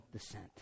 descent